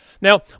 Now